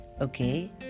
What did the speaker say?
Okay